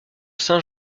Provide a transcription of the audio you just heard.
saint